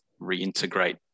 reintegrate